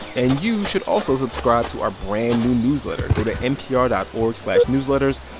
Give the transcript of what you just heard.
and you should also subscribe to our brand-new newsletter. go to npr dot org slash newsletters,